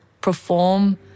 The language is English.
perform